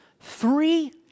three